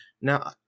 Now